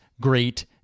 great